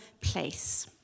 place